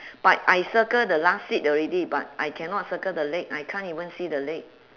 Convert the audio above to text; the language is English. but I circle the last seat already but I cannot circle the leg I can't even see the leg